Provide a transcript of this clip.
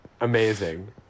amazing